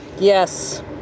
Yes